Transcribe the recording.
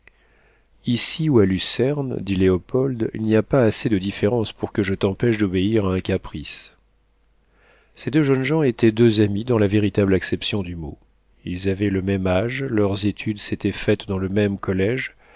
ici ou à lucerne dit léopold il n'y a pas assez de différence pour que je ne t'empêche d'obéir à un caprice ces deux jeunes gens étaient deux amis dans la véritable acception du mot ils avaient le même âge leurs études s'étaient faites dans le même collége